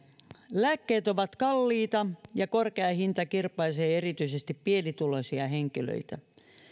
lääkkeet ovat kalliita ja korkea hinta kirpaisee erityisesti pienituloisia henkilöitä